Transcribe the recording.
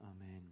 Amen